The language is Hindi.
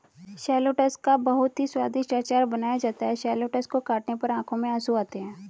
शैलोट्स का बहुत ही स्वादिष्ट अचार बनाया जाता है शैलोट्स को काटने पर आंखों में आंसू आते हैं